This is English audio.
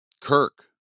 kirk